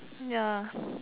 ya